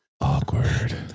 Awkward